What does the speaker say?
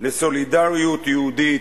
לסולידריות יהודית,